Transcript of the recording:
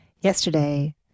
yesterday